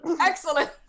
excellent